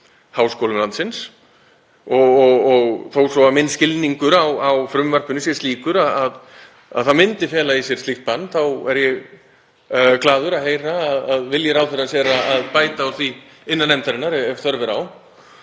háskólum landsins. Þó svo að minn skilningur á frumvarpinu sé slíkur að það myndi fela í sér slíkt bann er ég glaður að heyra að vilji ráðherrans er að bæta úr því innan nefndarinnar ef þörf er á.